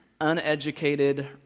uneducated